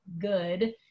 good